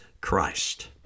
christ